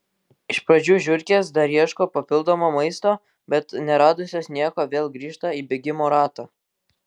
iš pradžių žiurkės dar ieško papildomo maisto bet neradusios nieko vėl grįžta į bėgimo ratą